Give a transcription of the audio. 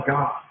God